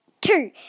two